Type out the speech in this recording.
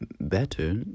Better